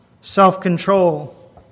self-control